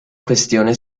questione